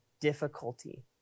difficulty